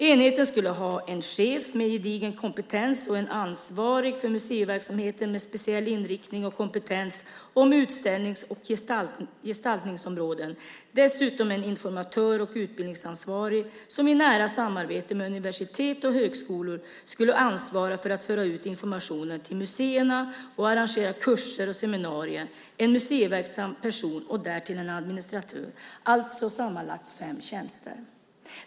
Enheten skulle ha en chef med gedigen kompetens, en ansvarig för museiverksamheten med speciell inriktning och kompetens på utställnings och gestaltningsområdena, en informatörs och utbildningsansvarig som i nära samarbete med universitet och högskolor skulle ansvara för att föra ut informationen till museerna och arrangera kurser och seminarier, en museiverksam person och därtill en administratör, alltså sammanlagt fem tjänster.